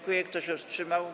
Kto się wstrzymał?